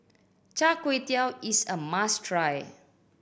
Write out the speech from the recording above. Char Kway Teow is a must try